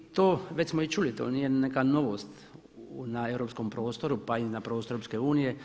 I to, već smo i čuli, to nije neka novost na europskom prostoru, pa i na prostoru EU.